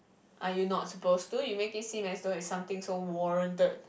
are you not supposed to you make it seem as though it's something so warranted